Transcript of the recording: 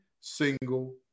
single